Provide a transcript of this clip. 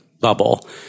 bubble